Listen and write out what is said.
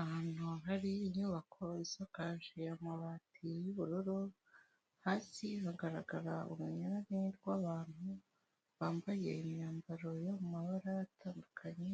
Ahantu hari inyubako isakaje amabati y'ubururu, hasi hagaragara urunyurane rwabantu, bambaye imyambaro ya mabara atandukanye